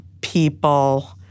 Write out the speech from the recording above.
people—